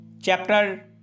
chapter